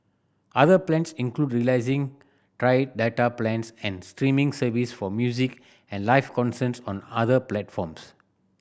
other plans include releasing tiered data plans and streaming service for music and live concerts on other platforms